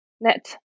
net